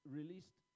released